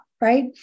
Right